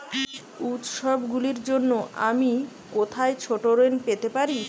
উত্সবগুলির জন্য আমি কোথায় ছোট ঋণ পেতে পারি?